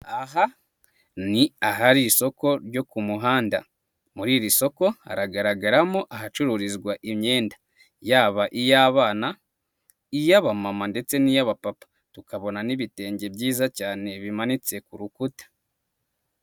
Aha, ni ahari isoko ryo ku muhanda, muri iri soko, hagaragaramo ahacururizwa imyenda yaba iy'abana, iy'aba mama ndetse n'iy'aba papa. Tukabona n'ibitenge byiza cyane bimanitse ku rukuta.